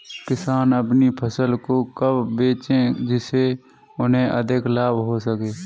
किसान अपनी फसल को कब बेचे जिसे उन्हें अधिक लाभ हो सके?